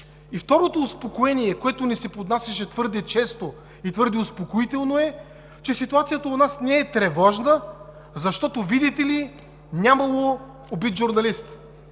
И второто успокоение, което ни се поднасяше твърде често и твърде успокоително, е, че ситуацията у нас не е тревожна, защото, видите ли, нямало убит журналист?!